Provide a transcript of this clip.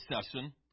session